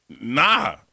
nah